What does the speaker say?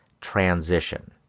transition